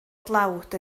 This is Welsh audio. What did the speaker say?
dlawd